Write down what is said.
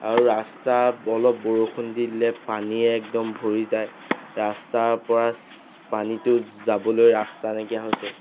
আৰু ৰাস্তা অলপ বৰষুণ দি দিলে পানীয়ে একদম ভৰি যায় ৰাস্তাৰপৰা পানীটো যাবলৈ ৰাস্তা নাইকিয়া হৈছে